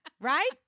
right